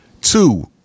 Two